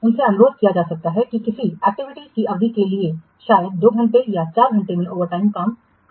उनसे अनुरोध किया जा सकता है कि किसी एक्टिविटी की अवधि के लिए शायद 2 घंटे या 4 घंटे में ओवरटाइम काम करें